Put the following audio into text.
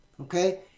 okay